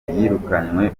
yirukanywe